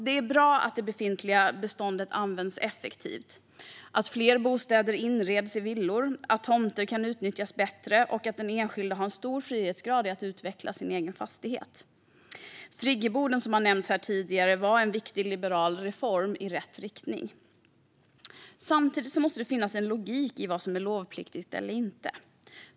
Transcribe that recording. Det är bra att det befintliga beståndet används effektivt, att fler bostäder inreds i villor, att tomter kan utnyttjas bättre och att den enskilde har en stor frihetsgrad i att utveckla sin egen fastighet. Friggeboden, som har nämnts här tidigare, var en viktig liberal reform i rätt riktning. Samtidigt måste det finnas en logik i vad som är lovpliktigt och inte.